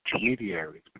intermediaries